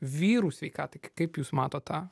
vyrų sveikatai kaip jūs matot tą